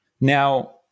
now